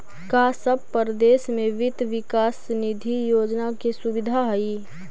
का सब परदेश में वित्त विकास निधि योजना के सुबिधा हई?